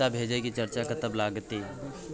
पैसा भेजय के चार्ज कतबा लागते?